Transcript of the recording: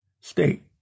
state